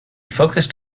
focused